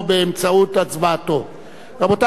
רבותי חברי הכנסת, הצעה אחרת.